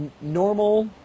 normal